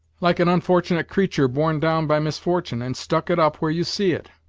like an unfortunate creatur' borne down by misfortune, and stuck it up where you see it.